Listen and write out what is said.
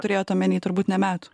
turėjot omeny turbūt ne metų